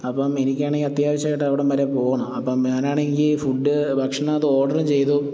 അപ്പം എനിക്ക് ആണെങ്കിൽ അത്യാവശ്യമായിട്ട് അവിടം വരെ പോകണം അപ്പം ഞാൻ ആണെങ്കിൽ ഫുഡ് ഭക്ഷണം അത് ഓർഡറും ചെയ്തു